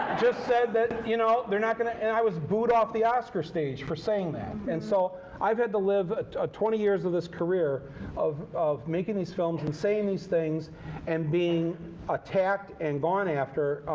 just said that, you know, they're not going to and i was booed off the oscar stage for saying that. and so i've had to live ah twenty years of this career of of making these films and saying these things and being attacked and gone after,